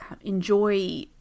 enjoy